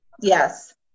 Yes